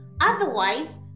otherwise